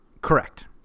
Correct